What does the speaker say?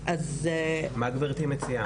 מה גברתי מציעה?